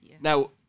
Now